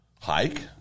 hike